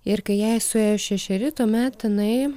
ir kai jai suėjo šešeri tuomet jinai